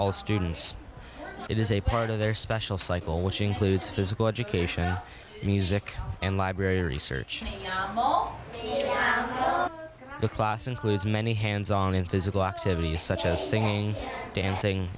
all students it is a part of their special cycle which includes physical education music and library search the class includes many hands on in physical activities such as singing dancing